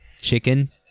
Chicken